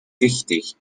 wichtig